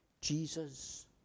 Jesus